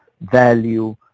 value